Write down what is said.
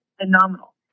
phenomenal